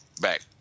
back